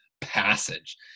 passage